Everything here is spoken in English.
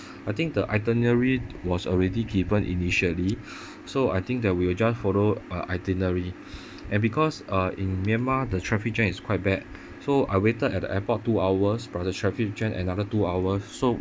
I think the itinerary was already given initially so I think that we will just follow uh itinerary and because uh in myanmar the traffic jam is quite bad so I waited at the airport two hours plus the traffic jam another two hours so